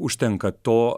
užtenka to